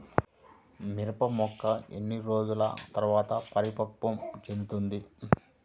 మిరప మొక్క ఎన్ని రోజుల తర్వాత పరిపక్వం చెందుతుంది?